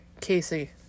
casey